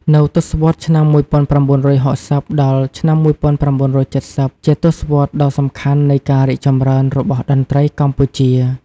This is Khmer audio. នៅទសវត្សរ៍ ឆ្នាំ ១៩៦០ ដល់ ឆ្នាំ ១៩៧០ ជាទសវត្សរដ៏សំខាន់នៃការរីកចម្រើនរបស់តន្ត្រីកម្ពុជា។